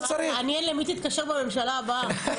מעניין למי תתקשר בממשלה הבאה.